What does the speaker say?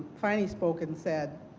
finally spoke and said,